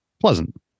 Pleasant